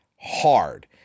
Hard